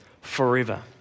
forever